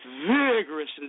vigorous